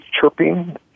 chirping